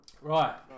Right